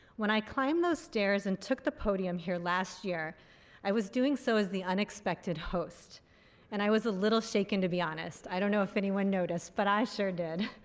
when i climb those stairs and took the podium here last year i was doing so is the unexpected host and i was a little shaken to be honest. i don't know if anyone noticed but i sure did.